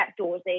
outdoorsy